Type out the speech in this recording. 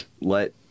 Let